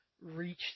reach